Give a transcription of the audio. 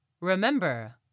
Remember